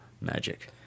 magic